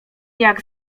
jak